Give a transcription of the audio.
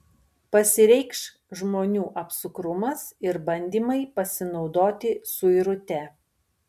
pasireikš žmonių apsukrumas ir bandymai pasinaudoti suirute